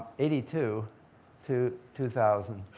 eighty two to two thousand.